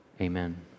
amen